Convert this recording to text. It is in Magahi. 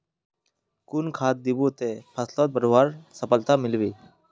कुन खाद दिबो ते फसलोक बढ़वार सफलता मिलबे बे?